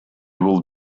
will